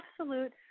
absolute